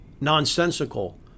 nonsensical